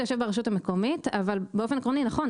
זה יושב ברשות המקומית אבל באופן עקרוני זה נכון,